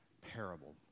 parable